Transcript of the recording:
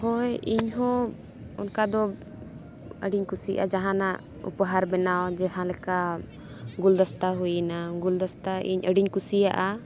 ᱦᱳᱭ ᱤᱧ ᱦᱚᱸ ᱚᱱᱠᱟ ᱫᱚ ᱟᱹᱰᱤᱧ ᱠᱩᱥᱤᱭᱟᱜᱼᱟ ᱡᱟᱦᱟᱱᱟᱜ ᱩᱯᱚᱦᱟᱨ ᱵᱮᱱᱟᱣ ᱡᱟᱦᱟᱸ ᱞᱮᱠᱟ ᱜᱩᱞ ᱫᱚᱥᱛᱟ ᱦᱩᱭᱮᱱᱟ ᱜᱩᱞ ᱫᱚᱥᱛᱟ ᱤᱧ ᱟᱹᱰᱤᱧ ᱠᱩᱥᱤᱭᱟᱜᱼᱟ